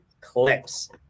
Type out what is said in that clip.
Clips